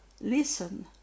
listen